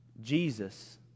Jesus